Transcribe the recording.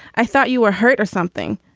i thought you were hurt or something.